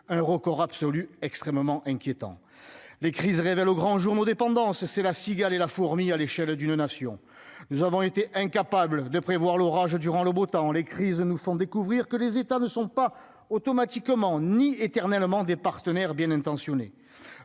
un record absolu extrêmement inquiétant, les crises révèlent au grand jour, mot dépendance c'est la cigale et la fourmi, à l'échelle d'une nation, nous avons été incapables de prévoir l'orage durant le beau temps, les crises nous font découvrir que les États ne sont pas automatiquement ni éternellement des partenaires bien intentionnés